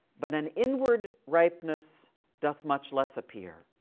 but an inward ripeness doth much less appear.